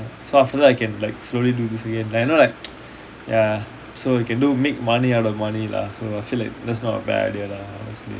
ya so after that I can like slowly do this again like you know like ya so you can do make money out of money lah so I feel like that's not a bad idea lah honestly